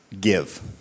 give